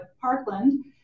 Parkland